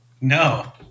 No